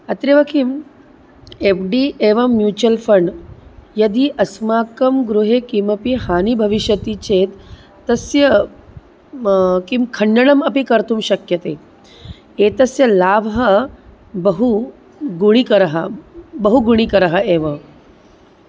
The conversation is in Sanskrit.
अत्रैव किम् एब् डी एवं म्यूचुवल् फ़ण्ड् यदि अस्माकं गृहे किमपि हानिः भविष्यति चेत् तस्य किं खण्डनम् अपि कर्तुं शक्यते एतस्य लाभः बहु गुणिकरः बहुगुणिकरः एव